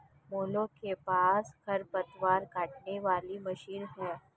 मोलू के पास खरपतवार काटने वाली मशीन है